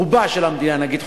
רובה של המדינה נגיד,